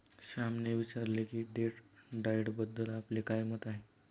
श्यामने विचारले की डेट डाएटबद्दल आपले काय मत आहे?